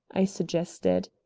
i suggested.